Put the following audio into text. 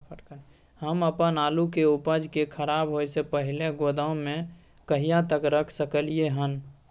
हम अपन आलू के उपज के खराब होय से पहिले गोदाम में कहिया तक रख सकलियै हन?